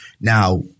Now